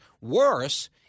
worse